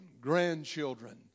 grandchildren